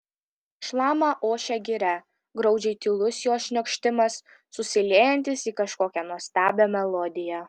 šlama ošia giria graudžiai tylus jos šniokštimas susiliejantis į kažkokią nuostabią melodiją